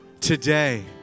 today